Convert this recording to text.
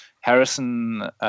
Harrison